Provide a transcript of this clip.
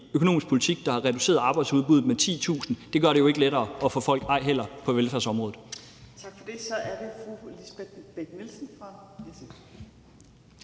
økonomisk politik, der har reduceret arbejdsudbuddet med 10.000, og det gør det jo ikke lettere at få folk, ej heller på velfærdsområdet. Kl. 11:53 Tredje næstformand